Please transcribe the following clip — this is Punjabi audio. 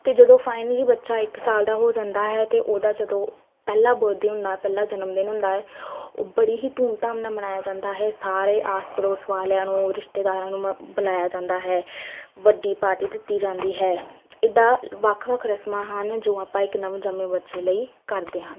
ਅਤੇ ਜਦੋਂ ਫਾਈਨਲੀ ਬੱਚਾ ਇੱਕ ਸਾਲ ਦਾ ਹੋ ਜਾਂਦਾ ਹੈ ਅਤੇ ਉਹਦਾ ਜਦੋਂ ਪਹਿਲਾ ਬਰਡੇ ਹੁੰਦਾ ਪਹਿਲਾ ਜਨਮਦਿਨ ਹੁੰਦਾ ਏ ਉਹ ਬੜੀ ਹੀ ਧੂਮ ਧਾਮ ਨਾਲ ਮਨਾਇਆ ਜਾਂਦਾ ਹੈ ਸਾਰੇ ਆਸ ਪੜੋਸ ਵਾਲਿਆਂ ਨੂੰ ਰਿਸ਼ਤੇਦਾਰਾਂ ਨੂੰ ਮ ਬੁਲਾਇਆ ਜਾਂਦਾ ਹੈ ਵੱਡੀ ਪਾਰਟੀ ਦਿੱਤੀ ਜਾਂਦੀ ਹੈ ਇੱਦਾਂ ਵੱਖ ਵੱਖ ਰਸਮਾਂ ਹਨ ਜੋ ਆਪਾਂ ਇੱਕ ਨਵਜੰਮੇ ਬੱਚੇ ਲਈ ਕਰਦੇ ਹਨ